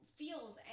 feels